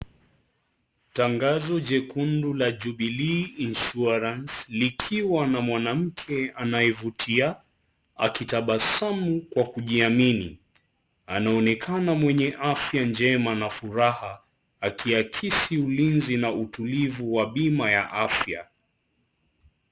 Tangazo jekundu la Jubilee Insurance likiwa na mwanamke anayevutia akitabasamu kwa kujiamini anaonekana mwenye afya njema na furaha akiakisi ulinzi na utulivu wa bima ya afya.